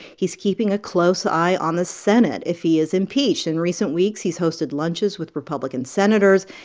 he's keeping a close eye on the senate, if he is impeached. in recent weeks, he's hosted lunches with republican senators,